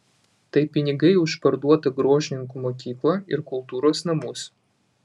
tai pinigai už parduotą gruožninkų mokyklą ir kultūros namus